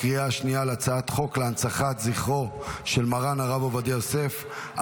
בקריאה השנייה על הצעת חוק להנצחת זכרו של מרן הרב עובדיה יוסף,